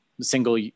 single